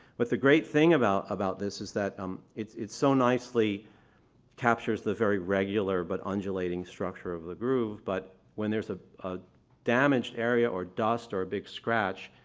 but the great thing about about this is that um it's it so nicely captures the very regular, but undulating structure of the groove, but when there's a a damaged area, or dust, or a big scratch,